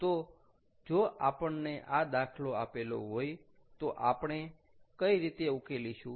તો જો આપણને આ દાખલો આપેલો હોય તો આપણે કઈ રીતે ઉકેલીશુ